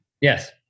Yes